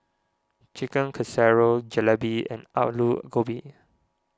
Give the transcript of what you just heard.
Chicken Casserole Jalebi and Alu Gobi